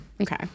Okay